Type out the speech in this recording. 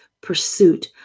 pursuit